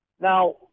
Now